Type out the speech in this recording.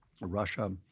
Russia